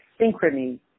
synchrony